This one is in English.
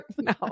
no